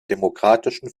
demokratischen